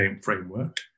framework